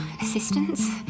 assistance